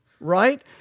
right